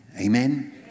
Amen